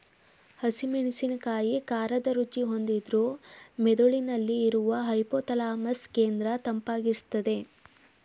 ಹಸಿ ಮೆಣಸಿನಕಾಯಿ ಖಾರದ ರುಚಿ ಹೊಂದಿದ್ರೂ ಮೆದುಳಿನಲ್ಲಿ ಇರುವ ಹೈಪೋಥಾಲಮಸ್ ಕೇಂದ್ರ ತಂಪಾಗಿರ್ಸ್ತದೆ